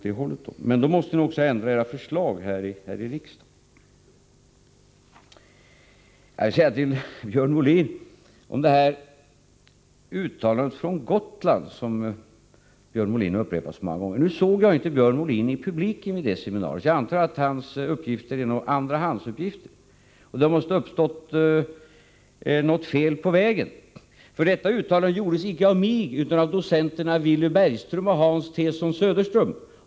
Men samtidigt måste ni också ändra de förslag som ni lagt fram här i riksdagen. Sedan vill jag säga följande till Björn Molin beträffande det uttalande som gjorts på Gotland och som Björn Molin upprepat många gånger. Jag såg inte Björn Molin bland publiken vid det aktuella seminariet. Jag antar därför att hans uppgifter är andrahandsuppgifter. Men det måste ha uppstått ett fel på vägen. Uttalandet i fråga gjordes nämligen icke av mig utan av docenterna Villy Bergström och Hans T:son Söderström.